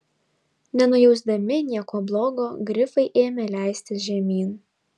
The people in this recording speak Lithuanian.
nenujausdami nieko blogo grifai ėmė leistis žemyn